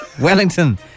Wellington